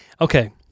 Okay